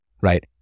right